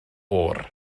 oer